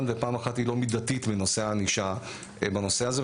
ופעם אחת היא לא מידתית בנושא הענישה בנושא הזה.